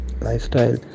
lifestyle